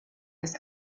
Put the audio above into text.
des